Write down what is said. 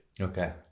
Okay